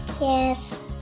Yes